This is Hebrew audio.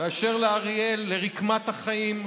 באשר לאריאל, לרקמת החיים שם,